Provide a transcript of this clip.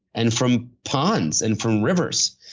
and from ponds, and from rivers.